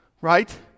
Right